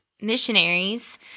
missionaries